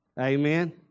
Amen